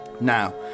Now